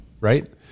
right